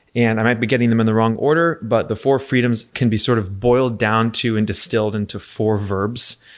and i might be getting them in the wrong order, but the four freedoms can be sort of boiled down to and distilled into four verbs,